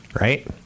right